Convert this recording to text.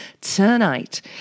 tonight